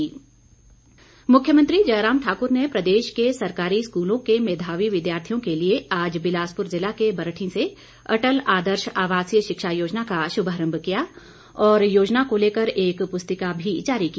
मुख्यमंत्री मुख्यमंत्री जयराम ठाकुर ने प्रदेश के सरकारी स्कूलों के मेधावी विद्यार्थियों के लिए आज बिलासपुर जिला के बरठीं से अटल आदर्श आवासीय शिक्षा योजना का शुभारंभ किया और योजना को लेकर एक पुस्तिका भी जारी की